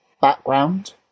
background